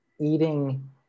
eating